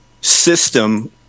system